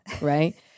right